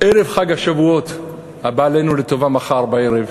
ערב חג השבועות, הבא עלינו לטובה מחר בערב,